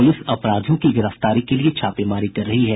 police अपराधियों की गिरफ्तारी के लिये छापेमारी कर रही है